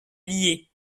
liés